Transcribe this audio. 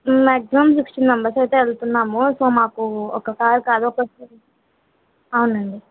maximum sixty members అయితే వెళుతున్నాము so మాకు ఒక కార్ కాదు ఒక అవును అండి